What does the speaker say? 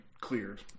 cleared